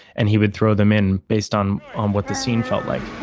and he would throw them in based on on what the scene felt like.